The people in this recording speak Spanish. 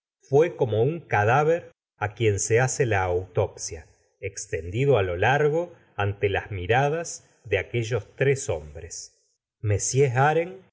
fué como un cadáver á quien se hace la autopsia extendido á lo largo ante las miradas de aquellos tres homhres mr